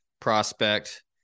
prospect